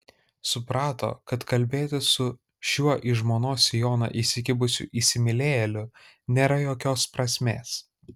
suprato kad kalbėtis su šiuo į žmonos sijoną įsikibusiu įsimylėjėliu nėra jokios prasmės